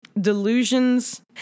Delusions